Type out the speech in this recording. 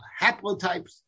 haplotypes